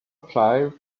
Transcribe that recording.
child